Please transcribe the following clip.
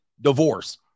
divorce